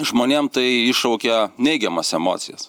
žmonėm tai iššaukia neigiamas emocijas